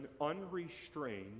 unrestrained